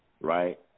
Right